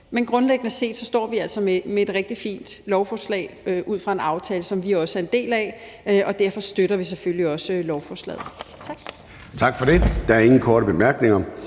ved. Grundlæggende set står vi altså med et rigtigt fint lovforslag, der udløber af en aftale, som vi også er en del af, og derfor støtter vi selvfølgelig også lovforslaget. Tak.